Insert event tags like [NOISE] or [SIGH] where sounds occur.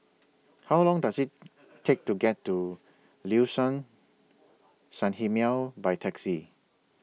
How Long Does IT [NOISE] Take to get to Liuxun Sanhemiao By Taxi